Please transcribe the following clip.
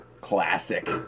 Classic